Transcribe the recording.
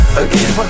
again